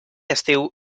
estiu